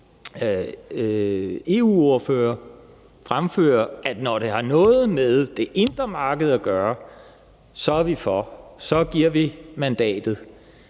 EU-ordfører fremføre, at når det har noget med det indre marked at gøre, så er vi for; så giver vi mandatet.